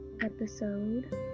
episode